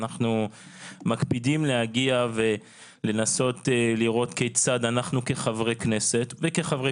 אנחנו מקפידים להגיע ולנסות לראות כיצד אנחנו כחברי כנסת וכחברי